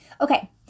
Okay